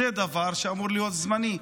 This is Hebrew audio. זה דבר שאמור להיות זמני.